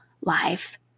life